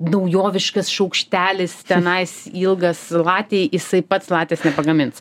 naujoviškas šaukštelis tenais ilgas latei jisai pats latės nepagamins